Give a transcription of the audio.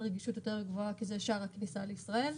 רגישות יותר גבוהה כי זה שער הכניסה לישראל.